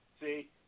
See